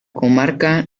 comarca